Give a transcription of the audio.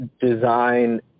design